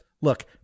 look